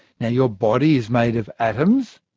yeah your body is made of atoms.